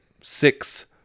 Six